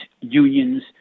unions